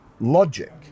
logic